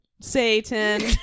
Satan